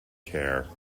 care